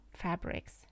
fabrics